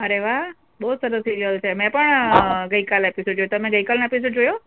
અરે વાહ બહુ સરસ સિરિયલ છે મેં પણ ગઈકાલ એપિસોડ જોયો તમે ગઈકાલનો એપિસોડ જોયો